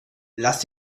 lass